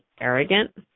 arrogant